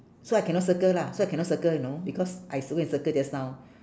so I cannot circle lah so I cannot circle you know because I cir~ go and circle just now